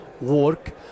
work